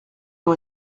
ont